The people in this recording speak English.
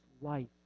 life